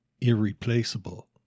Irreplaceable